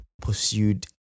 pursued